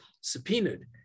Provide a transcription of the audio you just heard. subpoenaed